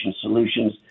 Solutions